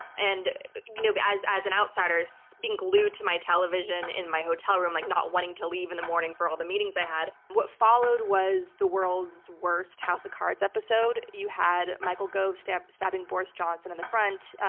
and you know but as as an outsider, so being glued to my television in my hotel room, like not wanting to leave in the morning for all the meetings i had. what followed was the world's worst house of cardsepisode, you had michael gove stabbing boris johnson in the front.